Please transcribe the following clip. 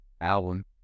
album